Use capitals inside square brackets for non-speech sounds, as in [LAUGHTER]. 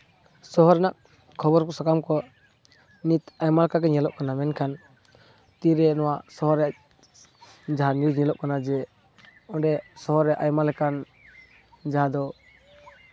ᱥᱚᱦᱚᱨ ᱨᱮᱱᱟᱜ ᱠᱷᱚᱵᱚᱨ ᱥᱟᱠᱟᱢ ᱠᱚ ᱱᱤᱛ ᱟᱭᱢᱟ ᱞᱮᱠᱟᱜᱮ ᱧᱮᱠᱚᱜ ᱠᱟᱱᱟ ᱢᱮᱱᱠᱷᱟᱱ ᱛᱤᱨᱮ ᱱᱚᱣᱟ ᱥᱚᱦᱚᱨ ᱨᱮ ᱡᱟᱦᱟᱸ [UNINTELLIGIBLE] ᱧᱮᱞᱚᱜ ᱠᱟᱱᱟ ᱡᱮ ᱚᱸᱰᱮ ᱥᱚᱦᱚᱨ ᱨᱮ ᱟᱭᱢᱟ ᱞᱮᱠᱟᱱ ᱡᱟᱦᱟᱸ ᱫᱚ